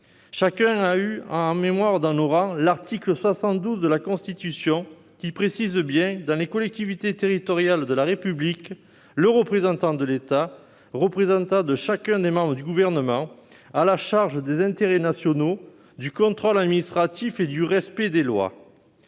Chacun ici a en mémoire l'article 72 de la Constitution :« Dans les collectivités territoriales de la République, le représentant de l'État, représentant de chacun des membres du Gouvernement, a la charge des intérêts nationaux, du contrôle administratif et du respect des lois.